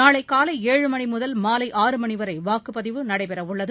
நாளை காலை ஏழு மணி முதல் மாலை ஆறு மணிவரை வாக்குப்பதிவு நடைபெறவுள்ளது